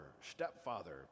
stepfather